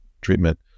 treatment